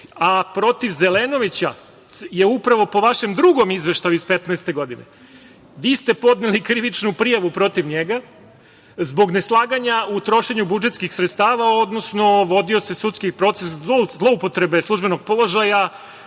Zelenovića ste upravo, po vašem drugom izveštaju iz 2015. godine, podneli krivičnu prijavu zbog neslaganja u trošenju budžetskih sredstava, odnosno vodio se sudski proces zloupotrebe službenog položaja